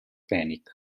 panic